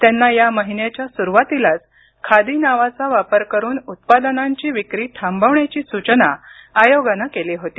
त्यांना या महिन्याच्या सुरुवातीलाच खादी नावाचा वापर करुन उत्पादनांची विक्री थांबवण्याची सूचना आयोगानं केली होती